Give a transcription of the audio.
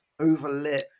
overlit